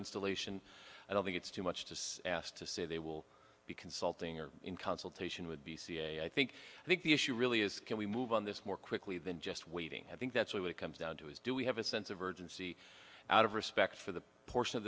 installation i don't think it's too much to ask to say they will be consulting or in consultation with the ca i think the issue really is can we move on this more quickly than just waiting i think that's what it comes down to is do we have a sense of urgency out of respect for the portion of